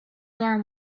alarm